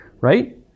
right